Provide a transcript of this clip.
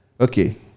Okay